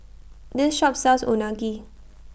This Shop sells Unagi